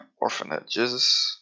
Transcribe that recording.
Orphanages